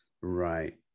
right